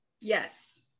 yes